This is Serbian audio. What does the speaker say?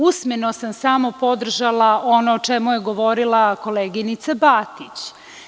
Usmeno sam samo podržala ono o čemu je govorila koleginica Batić.